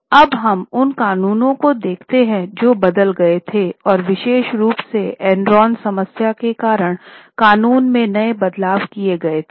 अब हम उन कानूनों को देखते हैं जो बदल गए थे और विशेष रूप से एनरॉन समस्या के कारण कानून में नए बदलाव किये गए थे थे